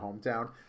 hometown